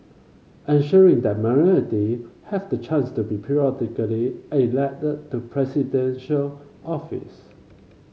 ensuring that minority have the chance to be periodically elect to Presidential Office